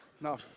No